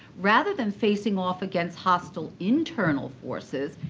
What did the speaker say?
rather than facing off against hostile internal forces,